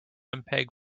mpeg